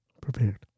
prepared